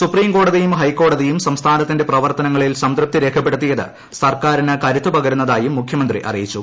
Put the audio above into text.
സുപ്രീംകോടതിയും ഹൈക്കോടതിയും സംസ്ഥാനത്തിന്റെ പ്രവർത്തനങ്ങളിൽ സംതൃപ്തി രേഖപ്പെടുത്തിയത് സർക്കാരിന് കരുത്തു പകരുന്നതായും മുഖ്യമന്ത്രി അറിയിച്ചു